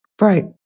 Right